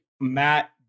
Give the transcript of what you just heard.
Matt